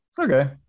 Okay